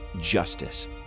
justice